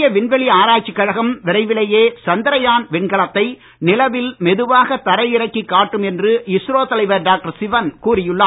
இந்திய விண்வெளி ஆராய்ச்சிக் கழகம் விரைவிலேயே சந்திரயான் விண்கலத்தை நிலவில் மெதுவாக தரை இறக்கிக் காட்டும் என்று இஸ்ரோ தலைவர் டாக்டர் சிவன் கூறியுள்ளார்